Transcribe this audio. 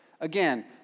Again